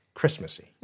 Christmassy